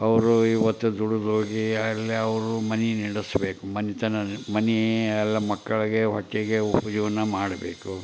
ಅವರು ಈವತ್ತು ದುಡುದೋಗಿ ಅಲ್ಲಿ ಅವರು ಮನೆ ನಡೆಸಬೇಕು ಮನೆತನ ಮನೆ ಎಲ್ಲ ಮಕ್ಕಳಿಗೆ ಹೊಟ್ಟೆಗೆ ಜೀವನ ಮಾಡಬೇಕು